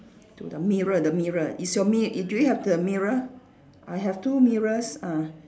to the mirror the mirror is your mi~ do you have the mirror I have two mirrors uh